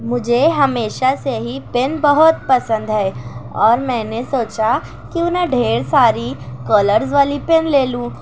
مجھے ہمیشہ سے ہی پین بہت پسند ہے اور میں نے سوچا کیوں نہ ڈھیر ساری کلرز والی پین لے لوں